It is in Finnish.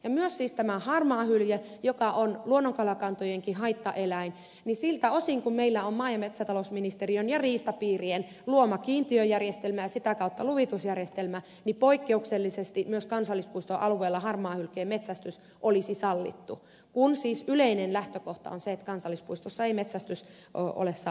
myös siis tämän harmaahylkeen osalta joka on luonnonkalakantojenkin haittaeläin niin siltä osin kuin meillä on maa ja metsätalousministeriön ja riistapiirien luoma kiintiöjärjestelmä ja sitä kautta luvitusjärjestelmä niin poikkeuksellisesti myös kansallispuiston alueella harmaahylkeen metsästys olisi sallittu kun siis yleinen lähtökohta on se että kansallispuistossa ei metsästys ole sallittu